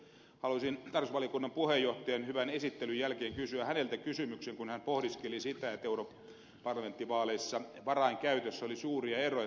haluaisin tarkastusvaliokunnan puheenjohtajan hyvän esittelyn jälkeen kysyä häneltä kysymyksen kun hän pohdiskeli sitä että europarlamenttivaaleissa varainkäytössä oli suuria eroja